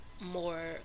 more